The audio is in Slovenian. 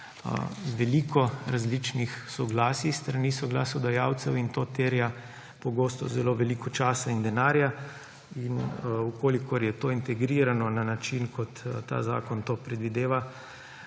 veliko različnih soglasij s strani soglasodajalcev; in to terja pogosto zelo veliko časa in denarja. Če je to integrirano na način, kot ta zakon to predvideva,